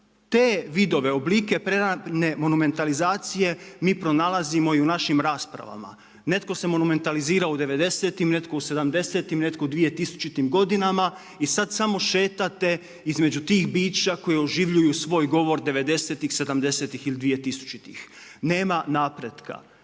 Te vidove, oblike prerane monumentalizacije mi pronalazimo i u našim raspravama. Netko se monumentalizirao u devedesetim, netko u sedamdesetim, netko u dvije tisućitim godinama i sad samo šetate između tih bića koji oživljuju svoj govor devedesetih, sedamdesetih